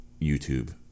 YouTube